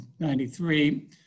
1993